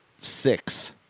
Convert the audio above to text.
six